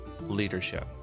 leadership